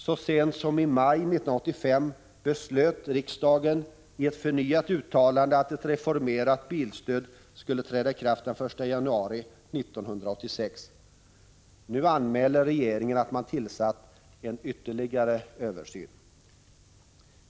Så sent som i maj 1985 beslöt riksdagen i ett förnyat uttalande att ett reformerat bilstöd skulle träda i kraft den 1 januari 1986. Nu anmäler regeringen att man tillsatt en ytterligare översyn.